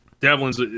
Devlin's